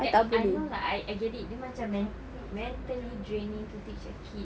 like I know lah I get it dia macam men~ mentally draining to teach a kid